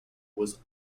was